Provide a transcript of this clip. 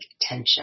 tension